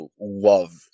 love